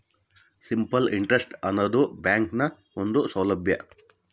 simple interest ಆನದು ಬ್ಯಾಂಕ್ನ ಒಂದು ಸೌಲಬ್ಯಾ